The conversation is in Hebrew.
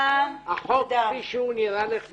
החוק, כפי שהוא, נראה לך בסדר?